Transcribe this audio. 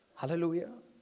Hallelujah